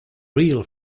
real